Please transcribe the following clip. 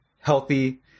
healthy